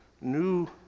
new